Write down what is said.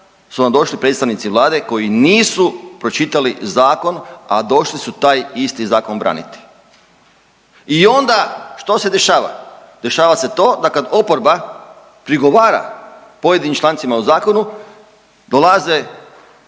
su nam došli predstavnici Vlade koji nisu pročitali zakon, a došli su taj isti zakon braniti. I onda što se dešava? Dešava se to da kad oporba prigovara pojedinim člancima u zakonu dolaze